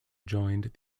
jointed